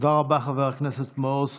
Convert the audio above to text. תודה רבה, חבר הכנסת מעוז.